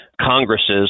Congresses